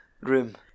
room